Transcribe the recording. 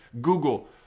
Google